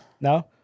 no